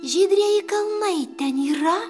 žydrieji kalnai ten yra